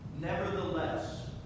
Nevertheless